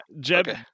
Jeb